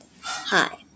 Hi